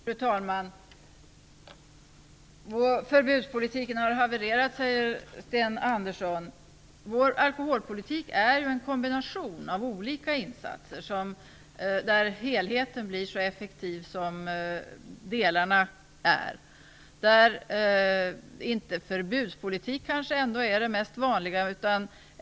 Fru talman! Förbudspolitiken har havererat, säger Sten Andersson. Men vår alkoholpolitik är en kombination av olika insatser där helheten blir så effektiv som delarna är. Förbudspolitik är kanske inte det vanligaste.